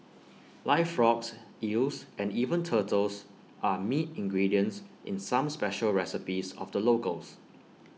live frogs eels and even turtles are meat ingredients in some special recipes of the locals